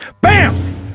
Bam